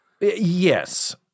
Yes